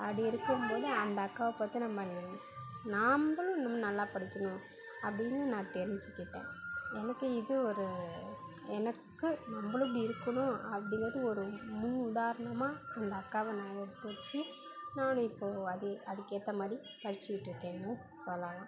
அப்படி இருக்கும்போது அந்த அக்காவை பார்த்து நம்ம நாம்பளும் இன்னும் நல்லா படிக்கணும் அப்படின்னு நான் தெரிஞ்சிக்கிட்டேன் எனக்கு இது ஒரு எனக்கு நம்பளும் இப்படி இருக்கனும் அப்படிங்கறது ஒரு முன் உதாரணமா அந்த அக்காவை நான் எடுத்து வச்சி நான் இப்போ அதே அதுக்கேற்ற மாதிரி படிச்சிவிட்டு இருக்கனும் சொல்லலாம்